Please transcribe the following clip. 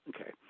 Okay